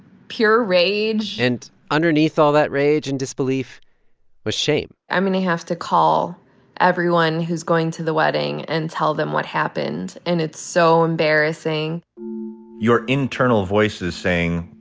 pure rage and underneath all that rage and disbelief was shame i'm going to have to call everyone who's going to the wedding and tell them what happened. and it's so embarrassing your internal voice is saying,